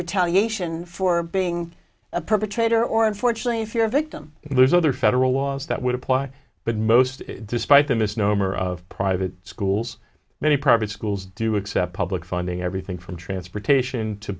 retaliation for being a perpetrator or unfortunately if you're a victim there's other federal laws that would apply but most despite the misnomer of private schools many private schools do accept public funding everything from transportation to